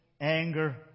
anger